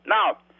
Now